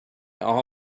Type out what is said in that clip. all